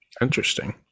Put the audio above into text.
Interesting